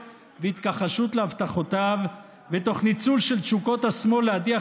והתכחשות להבטחותיו ותוך ניצול של תשוקות השמאל להדיח